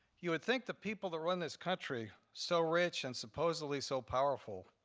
you would think the people that run this country, so rich and supposedly so powerful,